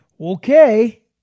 Okay